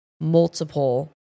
multiple